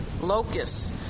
locusts